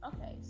Okay